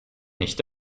nicht